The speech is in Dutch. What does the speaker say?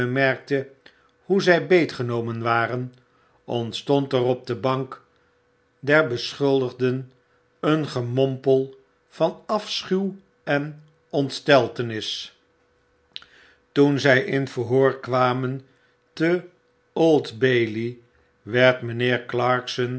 bemerkte hoe zij beet genomen waren ontstond er op de bank der beschuldigden een gemompel van afschuw en ontsteltenis toen zij in verhoor kwamen te old-bailey werd mynheer clarkson